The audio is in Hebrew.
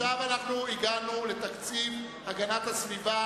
הגענו לתקציב המשרד להגנת הסביבה